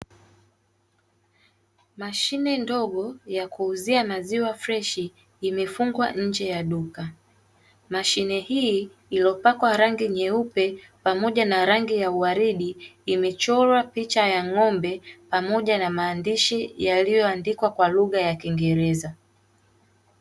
Mshine ndogo ya kuuzia maziwa freshi imefungwa nje ye duka. Mashine hii iliyopakwa rangi nyeupe pamoja na rangi ya uwaridi imechora picha ya ng`ombe pamoja na maandishi yaliyoandikwa kwa lugha ya kiingereza.